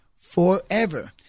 forever